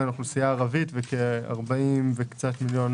לאוכלוסייה ערבית וכ-40 וקצת מיליון